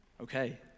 Okay